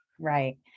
Right